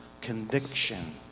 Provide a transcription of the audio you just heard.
conviction